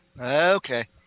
Okay